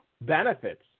benefits